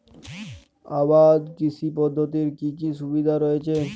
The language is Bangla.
আবাদ কৃষি পদ্ধতির কি কি সুবিধা রয়েছে?